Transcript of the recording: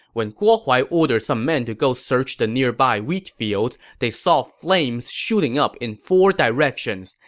when guo huai ordered some men to go search the nearby wheat fields, they saw flames shooting up in four directions.